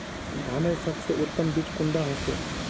धानेर सबसे उत्तम बीज कुंडा होचए?